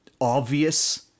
obvious